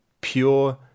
pure